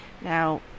Now